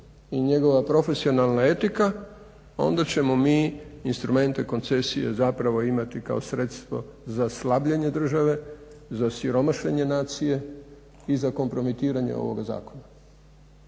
i njegova profesionalna etika, onda ćemo mi instrumente koncesije zapravo imati kao sredstvo za slabljenje države za siromašenje nacije i za kompromitiranje ovoga zakona.